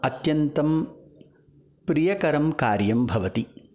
अत्यन्तं प्रीयकरं कार्यं भवति